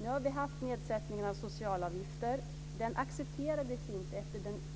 Nu har vi haft nedsättning av socialavgifter. Det accepterades inte